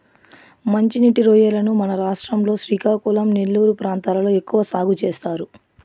మంచి నీటి రొయ్యలను మన రాష్ట్రం లో శ్రీకాకుళం, నెల్లూరు ప్రాంతాలలో ఎక్కువ సాగు చేస్తారు